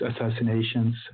assassinations